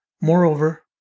Moreover